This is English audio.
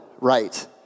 right